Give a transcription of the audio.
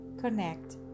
connect